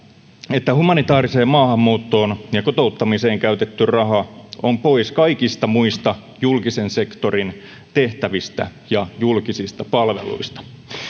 että humanitaariseen maahanmuuttoon ja kotouttamiseen käytetty raha on pois kaikista muista julkisen sektorin tehtävistä ja julkisista palveluista